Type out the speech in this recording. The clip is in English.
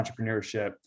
entrepreneurship